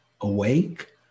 awake